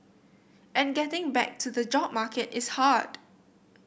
and getting back to the job market is hard